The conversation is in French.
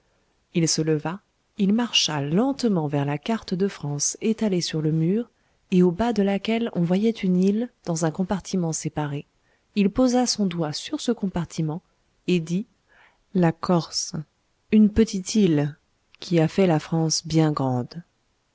il se leva il marcha lentement vers la carte de france étalée sur le mur et au bas de laquelle on voyait une île dans un compartiment séparé il posa son doigt sur ce compartiment et dit la corse une petite île qui a fait la france bien grande